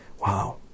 Wow